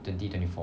twenty twenty four